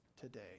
today